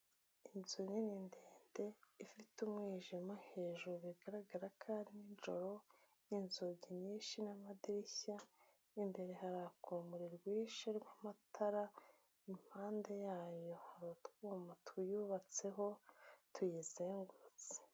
Inzu nini ndende ifite umwijima hejuru bigaragara ko ari nijoro n'inzugi nyinshi n'amadirishya, mo imbere haraka urumuri rwishi rw'amatara, impande yayo hari utwuma tuyubatseho tuyizengurutse.